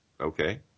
okay